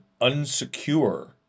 unsecure